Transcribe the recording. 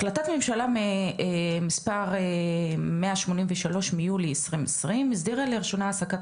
החלטת הממשלה מספר 183 מיולי 2020 הסדירה לראשונה העסקת